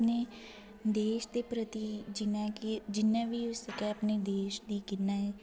अपने देश दे प्रति जि'न्ना की जि'न्ना बी होई सकै अपने देश दी कि'न्ने